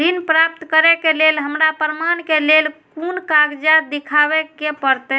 ऋण प्राप्त के लेल हमरा प्रमाण के लेल कुन कागजात दिखाबे के परते?